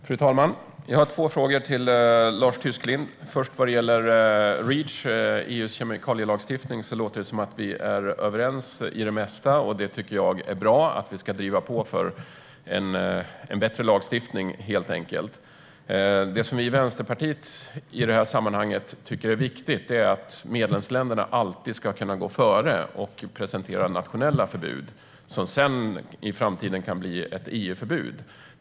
Fru talman! Jag har två frågor till Lars Tysklind. Den första gäller Reach, EU:s kemikalielagstiftning. Det låter som att vi är överens om det mesta, och jag tycker att det är bra att vi ska driva på för en bättre lagstiftning. Det som vi i Vänsterpartiet tycker är viktigt i detta sammanhang är att medlemsländerna alltid ska kunna gå före och presentera nationella förbud som i framtiden kan bli ett EU-förbud.